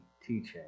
teaching